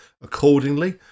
accordingly